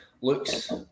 looks